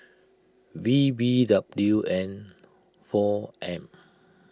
V B W N four M